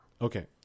Okay